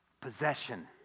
possession